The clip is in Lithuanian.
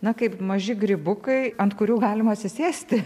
na kaip maži grybukai ant kurių galima atsisėsti